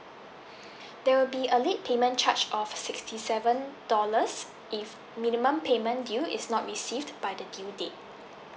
there will be a late payment charge of sixty seven dollars if minimum payment due is not received by the due date